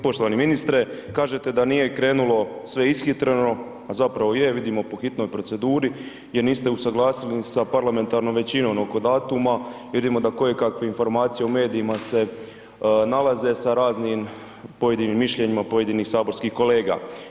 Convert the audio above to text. Poštovani ministre kažete da nije krenulo sve ishitreno, a zapravo je vidimo po hitnoj proceduri jer niste usuglasili ni sa parlamentarnom većinom oko datuma, vidimo da koje kakve informacije u medijima se nalaze sa raznim pojedinim mišljenjima, pojedinih saborskih kolega.